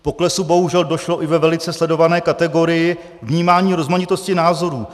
K poklesu bohužel došlo i ve velice sledované kategorii vnímání rozmanitosti názorů.